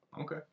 Okay